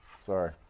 Sorry